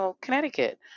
Connecticut